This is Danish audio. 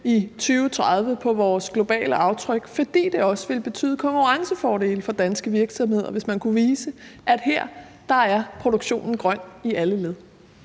i 2030 i vores globale aftryk, fordi det også vil betyde konkurrencefordele for danske virksomheder, hvis man kunne vise, at her er produktionen grøn i alle led.